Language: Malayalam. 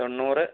തൊണ്ണൂറ്